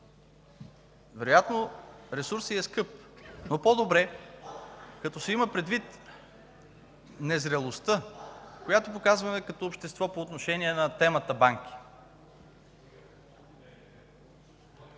вероятно ресурсът й е скъп. Но по-добре, като се има предвид незрелостта, която показваме като общество по отношение на темата „Банки”